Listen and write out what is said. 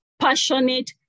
passionate